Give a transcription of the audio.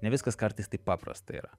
ne viskas kartais taip paprasta yra